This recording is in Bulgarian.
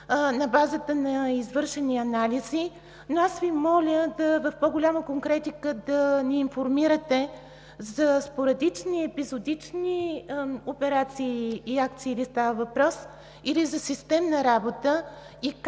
на базата на извършени анализи. Моля Ви в по-голяма конкретика да ни информирате за спорадични, епизодични операции и акции ли става въпрос, или за системна работа? Как